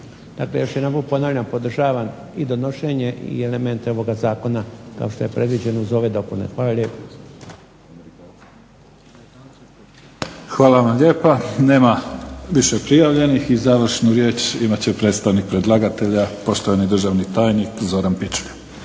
Dakle, još jedanput ponavljam podržavam i donošenje i elemente ovoga Zakona kao što je predviđeno uz ove dopune. Hvala lijepo. **Mimica, Neven (SDP)** Hvala vam lijepa. Nema više prijavljenih. I završnu riječ imat će predstavnik predlagatelja poštovani državni tajnik Zoran Pičuljan.